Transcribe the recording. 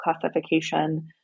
classification